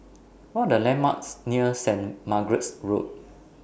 What Are The landmarks near Saint Margaret's Road